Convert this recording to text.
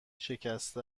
شکسته